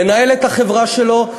לנהל את החברה שלו,